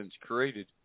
created